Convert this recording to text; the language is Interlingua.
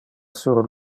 sur